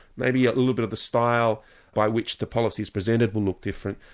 maybe a little bit of a style by which the policies presented will look different,